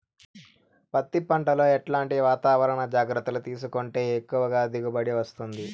పత్తి పంట లో ఎట్లాంటి వాతావరణ జాగ్రత్తలు తీసుకుంటే ఎక్కువగా దిగుబడి వస్తుంది?